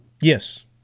yes